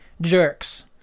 jerks